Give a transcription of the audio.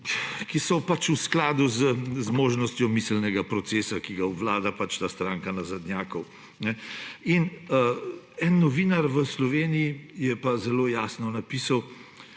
ki so pač v skladu z zmožnostjo miselnega procesa, ki ga obvlada ta stranka nazadnjakov. In nek novinar v Sloveniji je zelo jasno napisal,